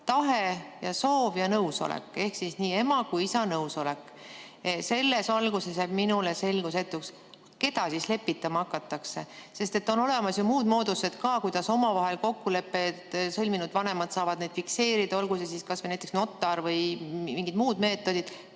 tahe ja soov ja nõusolek ehk siis nii ema kui ka isa nõusolek. Selles valguses jääb minule selgusetuks, keda siis lepitama hakatakse, sest on olemas ju muud moodused ka, kuidas omavahel kokkulepped sõlminud vanemad saavad need fikseerida, olgu see siis näiteks notar või mingid muud meetodid.